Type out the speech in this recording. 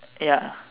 ya